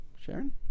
Sharon